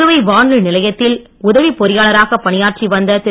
புதுவை வானொலி நிலையத்தில் உதவி பொறியாளராக பணியாற்றி வந்த திரு